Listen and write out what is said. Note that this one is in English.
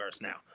now